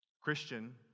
Christian